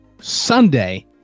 Sunday